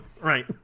Right